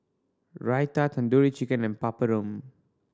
Raita Tandoori Chicken and Papadum